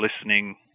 listening